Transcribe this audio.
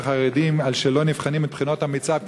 חרדיים על שהם לא נבחנים בבחינות המיצ"ב,